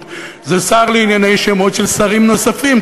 זה השר לענייני שמות של שרים נוספים,